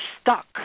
stuck